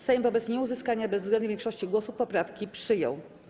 Sejm wobec nieuzyskania bezwzględnej większości głosów poprawki przyjął.